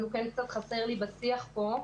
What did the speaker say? אבל הוא קצת חסר לי בשיח פה.